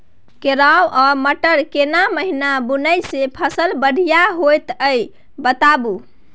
केराव आ मटर केना महिना बुनय से फसल बढ़िया होत ई बताबू?